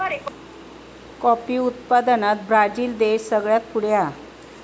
coffee उत्पादनात Brazil देश सगळ्यात पुढे हा